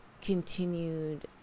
continued